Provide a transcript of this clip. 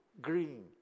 Green